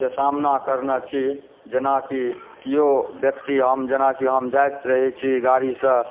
के सामना करने छी जेनाकि केओ व्यक्ति हम जेना कि हम जाइत रहै छी गाड़ीसँ